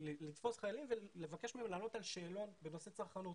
לתפוס חיילים לבקש מהם לענות על שאלון בנושא צרכנות,